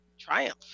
Triumph